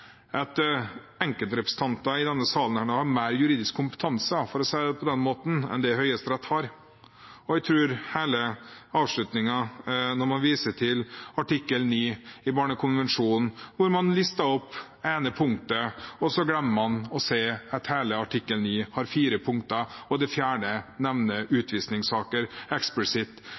på den måten, enn det Høyesterett har. I avslutningen viser man til artikkel 9 i barnekonvensjonen, og man lister opp ett punkt og glemmer å se at hele artikkel 9 har fire punkt. Det fjerde nevner utvisningssaker eksplisitt